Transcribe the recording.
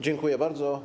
Dziękuję bardzo.